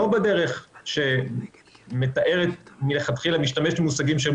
לא בדרך שמלכתחילה משתמשת במושגים שהם